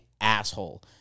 asshole